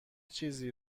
چیزی